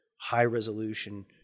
high-resolution